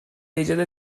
ایجاد